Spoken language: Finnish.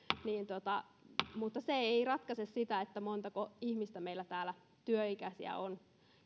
mutta se ei ratkaise sitä montako työikäistä ihmistä meillä täällä on